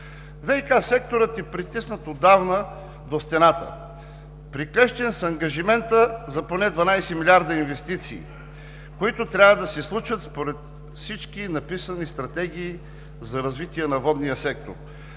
ВиК секторът е притиснат отдавна до стената, приклещен е с ангажимента за поне 12 милиарда инвестиции, които трябва да се случат според всички написани стратегии за развитие на водния сектор.